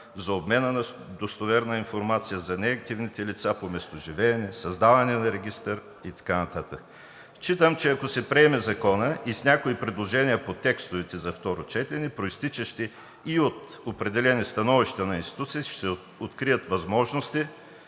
обмена на достоверна информация за неактивните лица по местоживеене, създаване на регистър и така нататък. Считам, че ако се приеме Законът и някои предложения по текстовете за второ четене, произтичащи от определени становища на институциите, ще се открият възможности